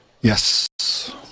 Yes